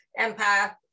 empath